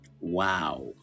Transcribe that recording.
Wow